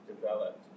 developed